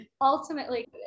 ultimately